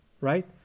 right